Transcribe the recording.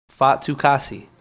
Fatukasi